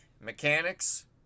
mechanics